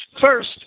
First